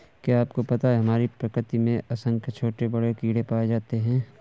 क्या आपको पता है हमारी प्रकृति में असंख्य छोटे बड़े कीड़े पाए जाते हैं?